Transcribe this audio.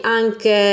anche